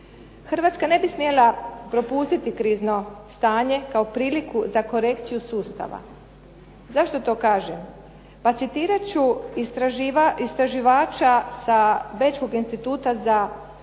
Hrvatska ne bi smjela propustiti krizno stanje kao priliku za korekciju sustava. Zašto to kažem? Pa citirat ću istraživača sa Bečkog instituta za Međunarodne